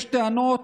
יש טענות?